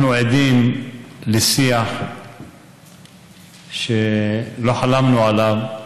אנחנו עדים לשיח שלא חלמנו עליו,